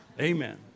Amen